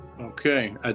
Okay